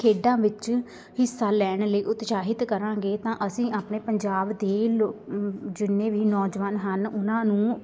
ਖੇਡਾਂ ਵਿੱਚ ਹਿੱਸਾ ਲੈਣ ਲਈ ਉਤਸ਼ਾਹਿਤ ਕਰਾਂਗੇ ਤਾਂ ਅਸੀਂ ਆਪਣੇ ਪੰਜਾਬ ਦੇ ਲੋ ਜਿੰਨੇ ਵੀ ਨੌਜਵਾਨ ਹਨ ਉਹਨਾਂ ਨੂੰ